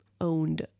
owned